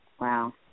Wow